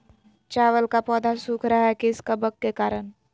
चावल का पौधा सुख रहा है किस कबक के करण?